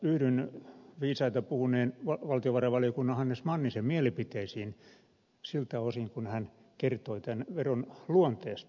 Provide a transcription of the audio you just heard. yhdyn viisaita puhuneen valtiovarainvaliokunnan hannes mannisen mielipiteisiin siltä osin kun hän kertoi tämän veron luonteesta